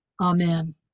Amen